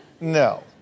No